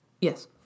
Yes